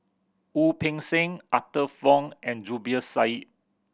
Wu Peng Seng Arthur Fong and Zubir Said